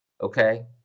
Okay